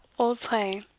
old play.